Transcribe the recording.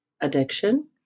addiction